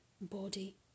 body